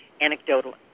anecdotal